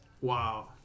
Wow